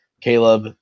Caleb